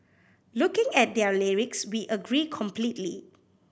looking at their lyrics we agree completely